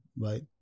right